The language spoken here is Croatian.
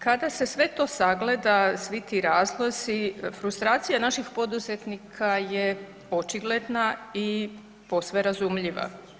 Kada se sve to sagleda, svi ti razlozi frustracija naših poduzetnika je očigledna i posve razumljiva.